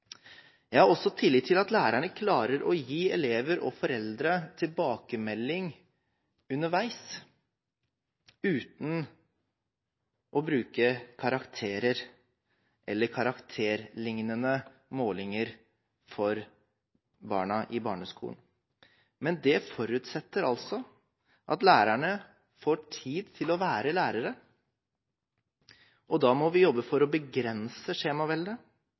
Jeg har også tillit til at lærerne klarer å gi elever og foreldre tilbakemelding underveis uten å bruke karakterer eller karakterlignende målinger for barna i barneskolen. Men det forutsetter altså at lærerne får tid til å være lærere. Da må vi jobbe for å begrense skjemaveldet